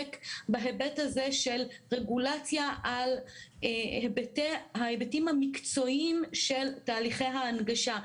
לעומק בהיבט הזה של רגולציה על ההיבטים המקצועיים של שירותי ההנגשה.